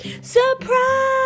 Surprise